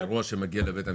זה אירוע שמגיע לבית המשפט?